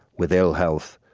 with ill health,